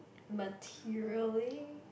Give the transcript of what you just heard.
materially